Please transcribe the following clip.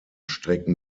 strecken